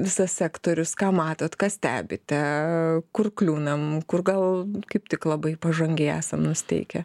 visas sektorius ką matot ką stebite kur kliūnam kur gal kaip tik labai pažangiai esam nusiteikę